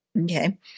okay